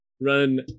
Run